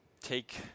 take